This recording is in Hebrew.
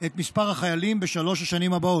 את מספר החיילים בשלוש השנים הבאות.